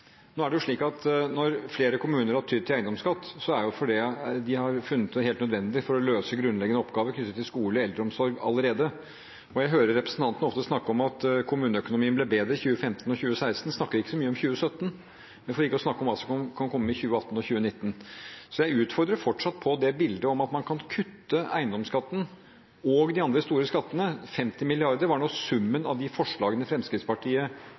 Nå er det jo slik at når flere kommuner har tydd til eiendomsskatt, er det fordi de har funnet det helt nødvendig for å løse grunnleggende oppgaver knyttet til skole og eldreomsorg allerede. Jeg hører ofte representanten snakke om at kommuneøkonomien ble bedre i 2015 og 2016. Det snakkes ikke så mye om 2017 – for ikke å snakke om hva som kan komme i 2018 og 2019. Så jeg utfordrer fortsatt på det bildet av at man kan kutte eiendomsskatten og de andre store skattene – 50 mrd. kr var summen av de forslagene Fremskrittspartiet